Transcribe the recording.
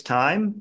time